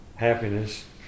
happiness